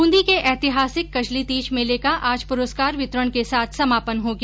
बूंदी के ऐतिहासिक कजली तीज मेले का आज पुरस्कार वितरण के साथ समापन हो गया